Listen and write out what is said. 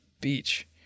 beach